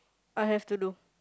I have to do